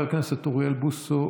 חבר הכנסת אוריאל בוסו,